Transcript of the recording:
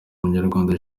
umunyarwanda